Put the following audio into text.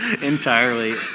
entirely